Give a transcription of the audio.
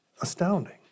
astounding